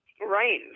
Right